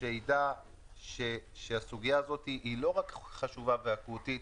שידע שהסוגיה הזאת היא לא רק חשובה ואקוטית,